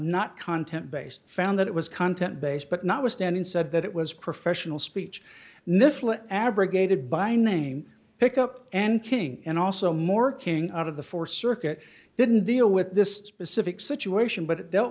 not content based found that it was content based but notwithstanding said that it was professional speech missler abrogated by name pickup and king and also more king out of the four circuit didn't deal with this specific situation but it dealt